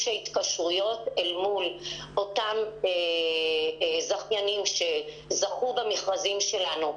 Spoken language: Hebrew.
ההתקשרויות אל מול אותם זכיינים שזכו במכרזים שלנו.